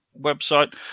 website